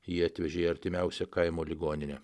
jį atvežė į artimiausią kaimo ligoninę